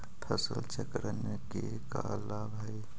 फसल चक्रण के का लाभ हई?